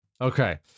Okay